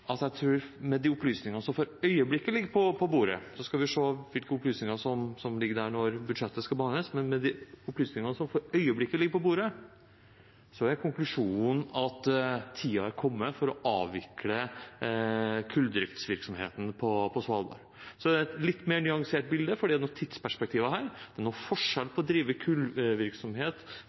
jeg sier at vi får se hvilke opplysninger som ligger på bordet når budsjettet skal behandles, men med de opplysningene som for øyeblikket ligger på bordet, er konklusjonen at tiden er kommet for å avvikle kulldriftvirksomheten på Svalbard. Så er det et litt mer nyansert bilde, for det er noen tidsperspektiver her. Det er forskjell på å drive